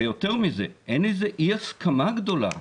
ויותר מזה, אין אי הסכמה גדולה.